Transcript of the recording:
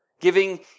giving